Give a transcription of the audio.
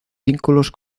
vínculos